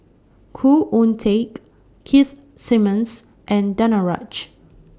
Khoo Oon Teik Keith Simmons and Danaraj